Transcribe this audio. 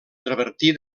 travertí